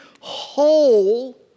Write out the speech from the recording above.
whole